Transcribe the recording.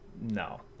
no